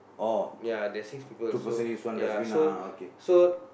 ya there's six people so ya so so